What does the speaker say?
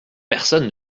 personne